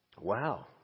wow